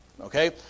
Okay